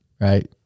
right